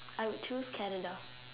I would choose Canada